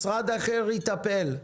משרד אחר יטפל.